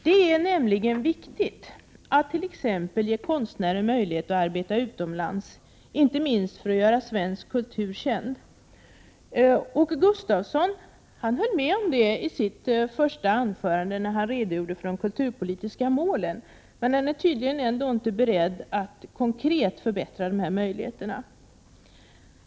Det är viktigt att t.ex. ge konstnärer möjlighet att arbeta utomlands, inte minst för att göra svensk kultur känd. Åke Gustavsson höll med om detta i sitt inledningsanförande, då han redogjorde för de kulturpolitiska målen, men han är tydligen ändå inte beredd att konkret förbättra de här möjligheterna.